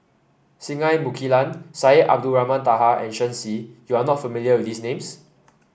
Singai Mukilan Syed Abdulrahman Taha and Shen Xi you are not familiar with these names